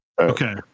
Okay